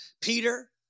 Peter